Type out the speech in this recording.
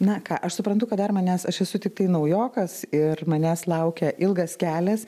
na ką aš suprantu kad dar manęs aš esu tiktai naujokas ir manęs laukia ilgas kelias